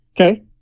Okay